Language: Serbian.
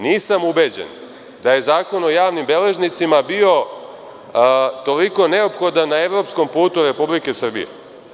Nisam ubeđen da je Zakon o javnim beležnicima bio toliko neophodan na evropskom putu Republike Srbije.